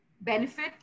benefit